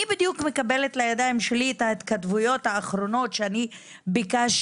אני בדיוק מקבלת לידיים שלי את ההתכתבויות האחרונות שאני ביקשתי